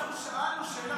אנחנו שאלנו שאלה פשוטה.